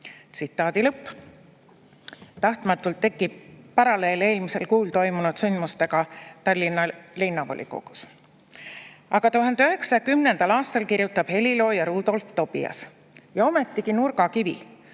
juhtima]." Tahtmatult tekib paralleel eelmisel kuul toimunud sündmustega Tallinna Linnavolikogus. Aga 1910. aastal kirjutab helilooja Rudolf Tobias: "Ja ometigi nurgakivi!